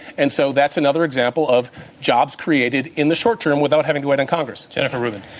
and so, that's another example of jobs created in the short term without having to wait on congress. jennifer rubin.